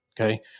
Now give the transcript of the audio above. Okay